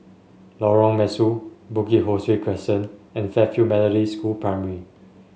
Lorong Mesu Bukit Ho Swee Crescent and Fairfield Methodist School Primary